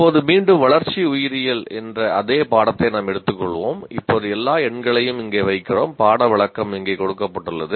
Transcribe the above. இப்போது மீண்டும் வளர்ச்சி உயிரியல் என்ற அதே பாடத்தை நாம் எடுத்துக் கொள்வோம் இப்போது எல்லா எண்களையும் இங்கே வைக்கிறோம் பாட விளக்கம் இங்கே கொடுக்கப்பட்டுள்ளது